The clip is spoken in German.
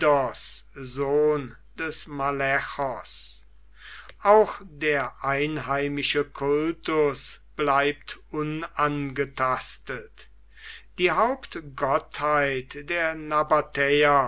sohn des mans auch der einheimische kultus bleibt unangetastet die hauptgottheit der